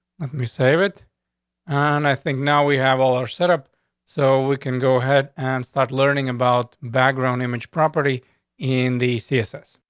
me save it on. i think now we have all are set up so we can go ahead and start learning about background image property in the css.